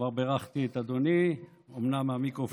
כבר בירכתי את אדוני, אומנם מהמיקרופון ההוא.